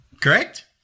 correct